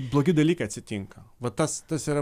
blogi dalykai atsitinka va tas tas yra